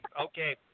Okay